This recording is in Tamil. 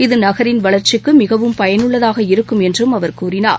இது நகரின் வளர்ச்சிக்குமிகவும் பயனுள்ளதாக இருக்கும் என்றும் அவர் கூறினார்